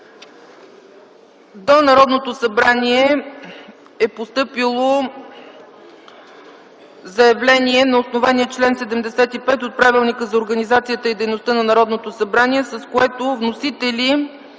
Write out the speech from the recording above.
До Народното събрание е постъпило заявление на основание чл. 75 от Правилника за организацията и дейността на Народното събрание, с което вносителите